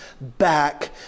back